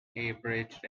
unabridged